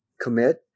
commit